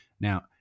Now